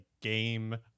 game